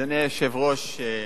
אדוני היושב-ראש,